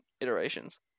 iterations